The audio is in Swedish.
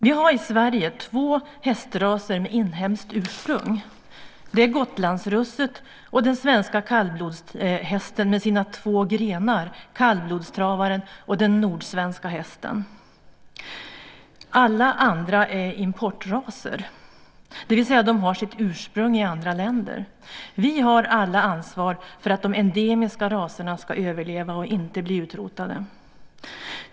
Vi har i Sverige två hästraser med inhemskt ursprung. Det är Gotlandsrusset och den svenska kallblodshästrasen med sina två grenar, kallblodstravaren och den nordsvenska hästen. Alla andra raser är importraser, det vill säga de har sitt ursprung i andra länder. Vi har alla ansvar för att de endemiska raserna ska överleva och inte bli utrotade.